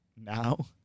now